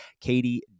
Katie